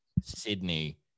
Sydney